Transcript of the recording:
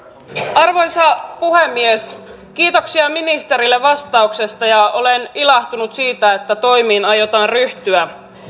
arvoisa puhemies kiitoksia ministerille vastauksesta ja olen ilahtunut siitä että toimiin aiotaan ryhtyä